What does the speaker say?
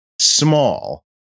small